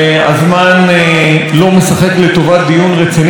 לא משחק לטובת דיון רציני בחוק הזה,